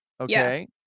Okay